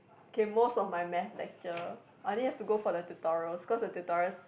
okay most of my math lecture I only have to go for the tutorials cause the tutorials